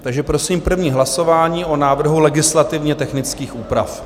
Takže prosím první hlasování o návrhu legislativně technických úprav.